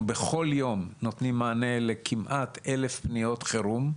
אנחנו בכל יום נותנים מענה לכמעט 1,000 פניות חירום,